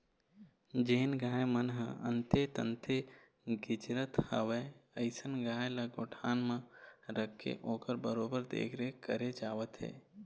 जेन गाय मन ह अंते तंते गिजरत हवय अइसन गाय ल गौठान म रखके ओखर बरोबर देखरेख करे जावत हे